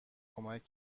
کمک